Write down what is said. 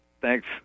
Thanks